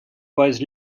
was